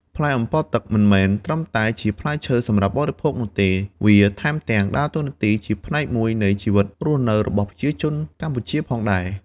ផ្លែអម្ពិលទឹកមិនមែនត្រឹមតែជាផ្លែឈើសម្រាប់បរិភោគនោះទេ វាថែមទាំងដើរតួនាទីជាផ្នែកមួយនៃជីវភាពរស់នៅរបស់ប្រជាជនកម្ពុជាផងដែរ។